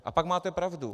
A pak máte pravdu.